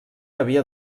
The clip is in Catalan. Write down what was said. havia